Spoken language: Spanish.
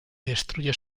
destruye